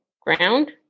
ground